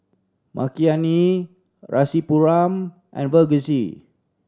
Makineni Rasipuram and Verghese